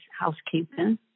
housekeeping